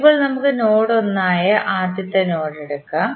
ഇപ്പോൾ നമുക്ക് നോഡ് 1 ആയ ആദ്യത്തെ നോഡ് എടുക്കാം